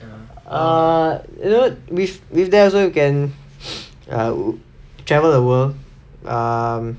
err you know with with that also you can travel the world um